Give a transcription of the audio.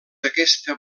aquesta